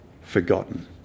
forgotten